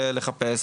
לחפש,